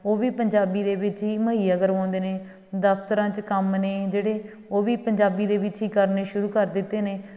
ਉਹ ਵੀ ਪੰਜਾਬੀ ਦੇ ਵਿੱਚ ਹੀ ਮਹੱਈਆ ਕਰਵਾਉਂਦੇ ਨੇ ਦਫਤਰਾਂ 'ਚ ਕੰਮ ਨੇ ਜਿਹੜੇ ਉਹ ਵੀ ਪੰਜਾਬੀ ਦੇ ਵਿੱਚ ਹੀ ਕਰਨੇ ਸ਼ੁਰੂ ਕਰ ਦਿੱਤੇ ਨੇ